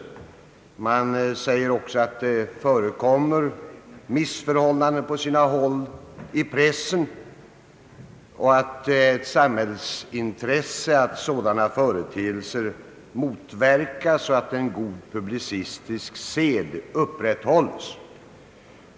Utskottet säger också att det förekommer missförhållanden på sina håll i pressen och att det är ett samhällsintresse att sådana företeelser motverkas så att en god publicistisk sed upprätthålls.